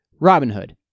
Robinhood